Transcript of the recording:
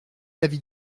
l’avis